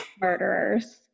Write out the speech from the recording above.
murderers